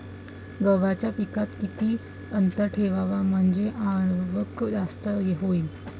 गव्हाच्या पिकात किती अंतर ठेवाव म्हनजे आवक जास्त होईन?